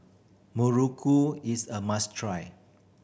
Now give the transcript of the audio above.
muruku is a must try